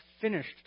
finished